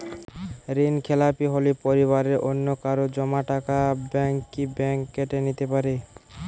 ঋণখেলাপি হলে পরিবারের অন্যকারো জমা টাকা ব্যাঙ্ক কি ব্যাঙ্ক কেটে নিতে পারে?